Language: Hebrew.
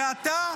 ואתה,